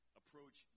approach